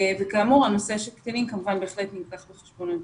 וכאמור, הנושא של קטינים כמובן בהחלט נלקח בחשבון.